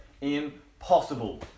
Impossible